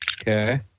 Okay